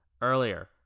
earlier